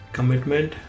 Commitment